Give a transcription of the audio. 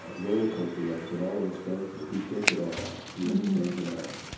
ah roller coaster rides that all of us go through. he gets it all. he understands it all.